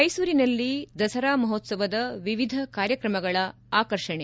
ಮೈಸೂರಿನಲ್ಲಿ ದಸರಾ ಮಹೋತ್ಸವದ ವಿವಿಧ ಕಾರ್ಯಕ್ರಮಗಳ ಆಕರ್ಷಣೆ